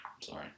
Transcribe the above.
Sorry